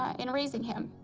ah in raising him.